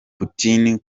putin